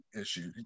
issue